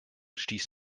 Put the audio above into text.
stieß